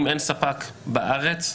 אם אין ספק בארץ,